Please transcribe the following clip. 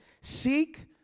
seek